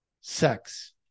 Sex